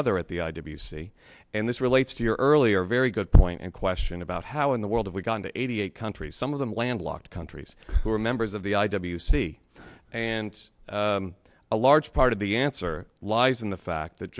other at the i w c and this relates to your earlier very good point and question about how in the world we've gone to eighty eight countries some of them landlocked countries who are members of the i w c and a large part of the answer lies in the fact that